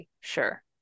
sure